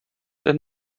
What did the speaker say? denn